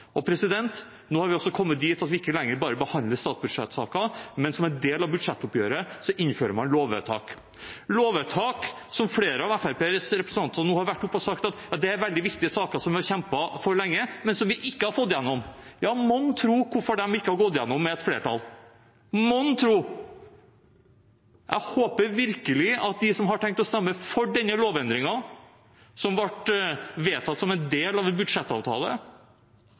Nå har vi også kommet dit at vi ikke lenger bare behandler statsbudsjettsakene, men som en del av budsjettoppgjøret innfører man lovvedtak, lovvedtak som flere av Fremskrittspartiets representanter nå har vært oppe og sagt at er veldig viktige saker som de har kjempet for lenge, men som de ikke har fått igjennom. Ja, mon tro hvorfor de ikke har gått igjennom med et flertall? Mon tro det. Jeg håper virkelig at de som har tenkt å stemme for denne lovendringen, som ble vedtatt som en del av en budsjettavtale,